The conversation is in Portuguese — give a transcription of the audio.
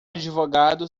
advogado